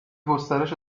گسترش